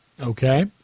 Okay